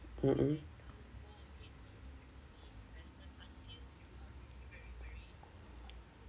mmhmm